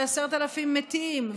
ו-10,000 מתים,